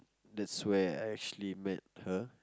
that's where I actually met her